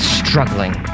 struggling